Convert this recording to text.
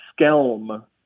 skelm